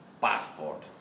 passport